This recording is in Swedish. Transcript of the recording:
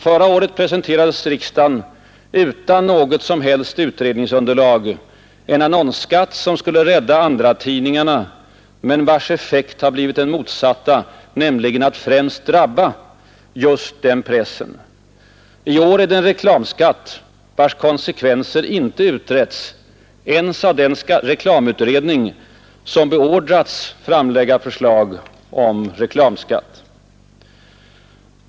Förra året presenterades riksdagen utan något som helst utredningsunderlag en annonsskatt, som skulle rädda andratidningarna men vars effekt har blivit den motsatta, nämligen att främst drabba just den pressen. I år är det en reklamskatt vars konsekvenser inte utretts ens av den reklamutredning som beordrats att framlägga förslag om reklamskatt.